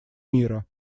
мира